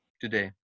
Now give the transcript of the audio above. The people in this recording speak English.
today